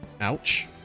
Ouch